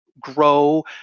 grow